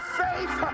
faith